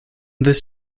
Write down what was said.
this